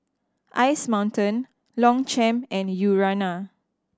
Ice Mountain Longchamp and Urana